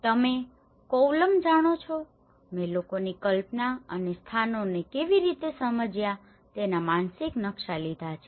તમે કોવલમ જાણો છો મેં લોકોની કલ્પના અને સ્થાનોને કેવી રીતે સમજ્યા તેના માનસિક નકશા લીધા છે